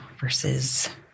versus